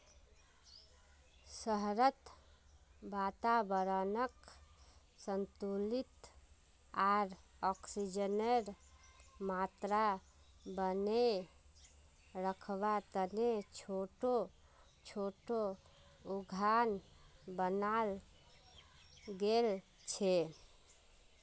शहरत वातावरनक संतुलित आर ऑक्सीजनेर मात्रा बनेए रखवा तने छोटो छोटो उद्यान बनाल गेल छे